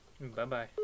Bye-bye